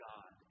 God